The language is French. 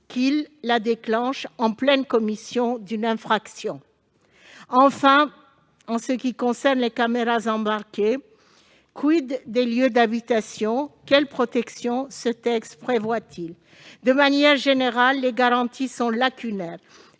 qu'il la déclenche en pleine commission d'une infraction ... Enfin, en ce qui concerne les caméras embarquées, des lieux d'habitation ? Quelle protection ce texte prévoit-il ? De manière générale, les garanties sont lacunaires.